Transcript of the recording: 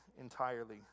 entirely